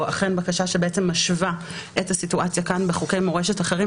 אכן בקשה שבעצם משווה את הסיטואציה כאן בחוקי מורשת אחרים,